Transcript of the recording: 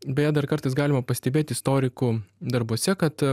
beje dar kartais galima pastebėt istorikų darbuose kad